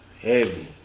Heavy